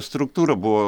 struktūra buvo